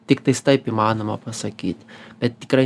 tiktais taip įmanoma pasakyt bet tikrai